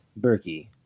Berkey